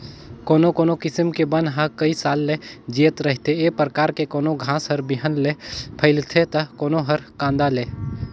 कोनो कोनो किसम के बन ह कइ साल ले जियत रहिथे, ए परकार के कोनो घास हर बिहन ले फइलथे त कोनो हर कांदा ले